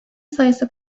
sayısı